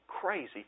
crazy